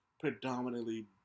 predominantly